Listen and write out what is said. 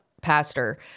Pastor